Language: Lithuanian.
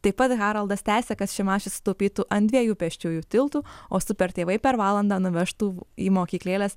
taip pat haroldas tęsia kad šimašius sutaupytų ant dviejų pėsčiųjų tiltu o super tėvai per valandą nuvežtų į mokyklėles